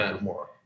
more